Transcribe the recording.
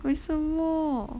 为什么